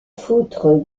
foutre